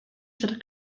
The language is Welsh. siarad